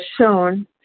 shown